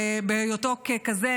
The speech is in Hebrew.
ובהיותו כזה,